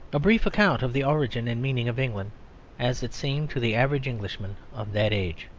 a brief account of the origin and meaning of england as it seemed to the average englishman of that age.